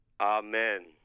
Amen